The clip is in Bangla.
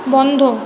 বন্ধ